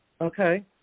Okay